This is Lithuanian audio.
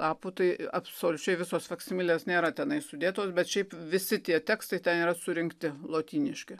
lapų tai absoliučiai visos faksimilės nėra tenai sudėtos bet šiaip visi tie tekstai ten yra surinkti lotyniški